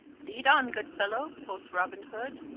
leade on, good fellowe, quoth robin hood,